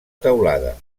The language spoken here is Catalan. teulada